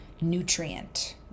nutrient